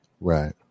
right